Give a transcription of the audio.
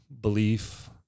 belief